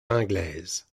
anglaises